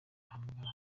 ahamagara